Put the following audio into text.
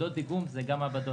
לנקודות הדיגום הוא גם מעבדות,